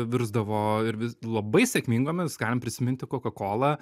virsdavo ir vis labai sėkmingomis galim prisiminti kokakolą